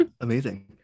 Amazing